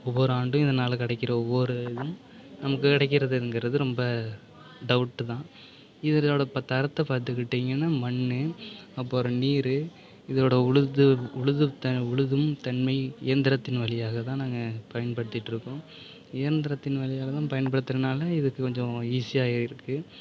ஒவ்வொரு ஆண்டும் இதனால் கிடைக்கிற ஒவ்வொரு இதுவும் நமக்கு கிடைக்கிறதுங்குறது ரொம்ப டவுட்டு தான் இதனோட இப்போ தரத்தை பார்த்துக்கிட்டிங்கன்னா மண் அப்புறம் நீர் இதோடு உழுது உழுது உழுவும் தன்மை இயந்திரத்தின் வழியாக தான் நாங்கள் பயன்படுத்திட்டுருக்கோம் இயந்திரத்தின் வழியால் தான் பயன்படுத்துகிறதுனால இதுக்கு கொஞ்சம் ஈஸியாக இருக்குது